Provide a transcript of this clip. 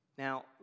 Now